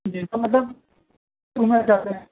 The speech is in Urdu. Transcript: جیسے مطلب تو میں کیا کروں